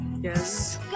Yes